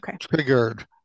triggered